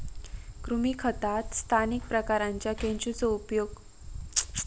कृमी खतात स्थानिक प्रकारांच्या केंचुचो प्रयोग होता